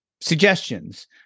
suggestions